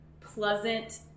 pleasant